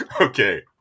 Okay